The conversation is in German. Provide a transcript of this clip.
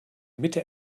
mitte